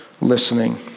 listening